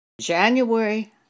January